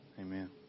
Amen